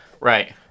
Right